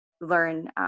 learn